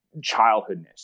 childhoodness